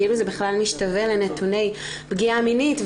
כאילו שזה בכלל משתווה לנתוני פגיעה מינית,